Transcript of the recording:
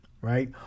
right